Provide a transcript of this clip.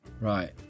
Right